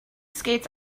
skates